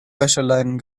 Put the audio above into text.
wäscheleinen